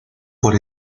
por